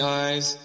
eyes